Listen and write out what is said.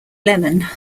lehmann